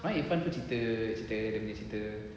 semalam irfan pun cerita sekali dia nya cerita